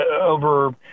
over